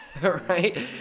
right